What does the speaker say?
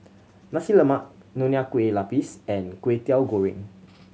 Nasi Lemak Nonya Kueh Lapis and Kwetiau Goreng